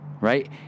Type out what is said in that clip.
right